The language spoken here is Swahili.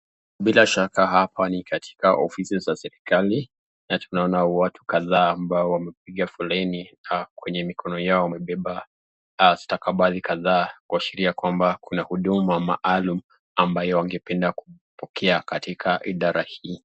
Bila shaka hapa ni katika ofisi ya serikali na tunaona watu kadhaa ambao wamepiga foleni, kwenye mikono yao wamebeba, stakabali kadhaa kuashiria kwamba kuna hudumu maalum ambayo angependa kupokea katika hidara hii.